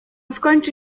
skończy